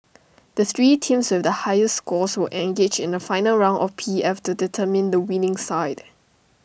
the three teams with the highest scores will engage in A final round of P F to determine the winning side